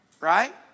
Right